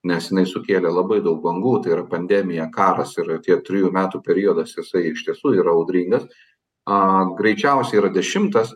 nes jinai sukėlė labai daug bangų tai yra pandemija karas irake trijų metų periodas jisai iš tiesų yra audringas aaa greičiausiai yra dešimtas